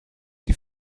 die